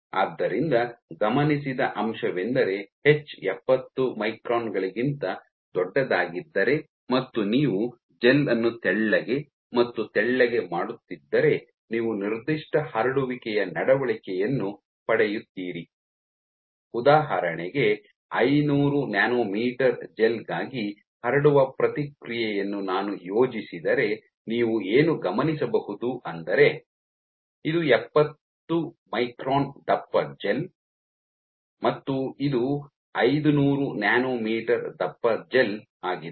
ಆದ್ದರಿಂದ ಗಮನಿಸಿದ ಅಂಶವೆಂದರೆ ಎಚ್ ಎಪತ್ತು ಮೈಕ್ರಾನ್ ಗಳಿಗಿಂತ ದೊಡ್ಡದಾಗಿದ್ದರೆ ಮತ್ತು ನೀವು ಜೆಲ್ ಅನ್ನು ತೆಳ್ಳಗೆ ಮತ್ತು ತೆಳ್ಳಗೆ ಮಾಡುತ್ತಿದ್ದರೆ ನೀವು ನಿರ್ದಿಷ್ಟ ಹರಡುವಿಕೆಯ ನಡವಳಿಕೆಯನ್ನು ಪಡೆಯುತ್ತೀರಿ ಉದಾಹರಣೆಗೆ ಐನೂರು ನ್ಯಾನೊಮೀಟರ್ ಜೆಲ್ ಗಾಗಿ ಹರಡುವ ಪ್ರತಿಕ್ರಿಯೆಯನ್ನು ನಾನು ಯೋಜಿಸಿದರೆ ನೀವು ಏನು ಗಮನಿಸಬಹುದು ಅಂದರೆ ಇದು ಎಪ್ಪತ್ತು ಮೈಕ್ರಾನ್ ದಪ್ಪ ಜೆಲ್ ಮತ್ತು ಇದು ಐದು ನೂರು ನ್ಯಾನೊಮೀಟರ್ ದಪ್ಪ ಜೆಲ್ ಆಗಿದೆ